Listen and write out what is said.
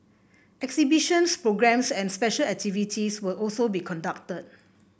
exhibitions programmes and special activities will also be conducted